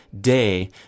day